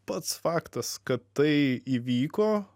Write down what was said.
pats faktas kad tai įvyko